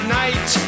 night